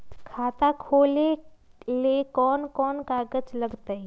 खाता खोले ले कौन कौन कागज लगतै?